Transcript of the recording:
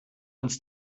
uns